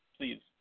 Please